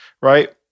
Right